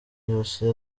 ijosi